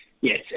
Yes